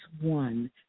one